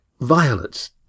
violets